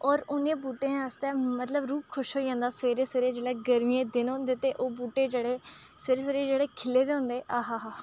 होर उनें बूह्टें आस्तै मतलब रूह् खुश होई जंदा सवेरे सवेरे जेल्लै गर्मियें दे दिन होंदे ते ओह् बूह्टे जेह्ड़े सवेरे सवेरे जेह्ड़े खिले दे होंदे आह् आह्